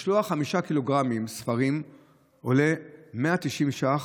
משלוח של חמישה ק"ג ספרים עולה 190 ש"ח.